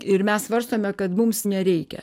ir mes svarstome kad mums nereikia